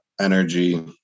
energy